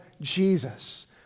Jesus